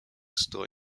store